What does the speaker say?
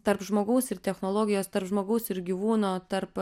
tarp žmogaus ir technologijos tarp žmogaus ir gyvūno tarp